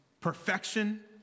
perfection